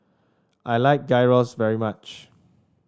I like Gyros very much